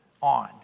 on